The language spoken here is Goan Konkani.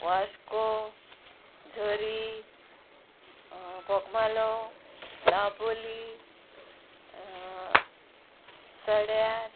वाश्को झरी बोगमालो दाबोली सड्यार